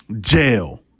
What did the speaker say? jail